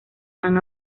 han